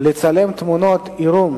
לצלם תמונות עירום